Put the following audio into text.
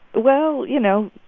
well, you know,